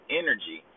energy